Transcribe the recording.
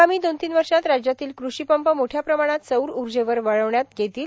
आगामी दोन तीन वर्षात राज्यातील कृषीपंप मोठ्या प्रमाणात सौर ऊर्जेवर वळविण्यात येतील